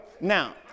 Now